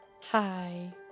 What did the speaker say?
Hi